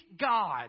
God